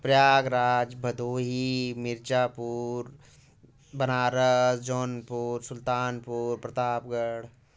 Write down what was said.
Prayagraj Bhadohi Mirzapur Banaras Jaunpur Sultanpur Pratapgarh